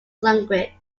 language